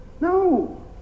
No